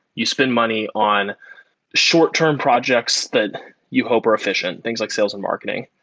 you spend money on short term projects that you hope are efficient, things like sales and marketing.